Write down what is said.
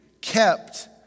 kept